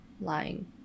lying